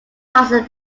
passes